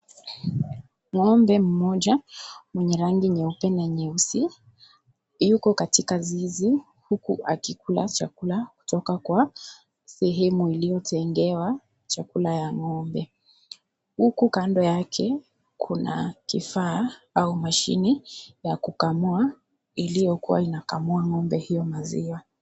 Ng'ombe mmoja mwenye rangi nyeupe na nyeusi yuko katika zizi huku akikula chakula kutoka kwa sehemu iliyotengewa chakula ya ng'ombe. Huku kando yake kuna kifaa au mashini ya kukamua iliyokuwa inakamua ng'ombe hiyo maziwa.